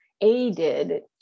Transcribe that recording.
aided